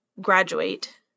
graduate